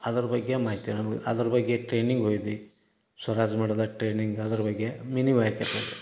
ಅದರ ಬಗ್ಗೆ ಮಾಹಿತಿ ನಮಗ್ ಅದರ ಬಗ್ಗೆ ಟ್ರೈನಿಂಗ್ ಹೋಗಿದ್ವಿ ಸ್ವರಾಜ್ ಮಡುದ ಟ್ರೈನಿಂಗ್ ಅದ್ರ ಬಗ್ಗೆ ಮಿನಿ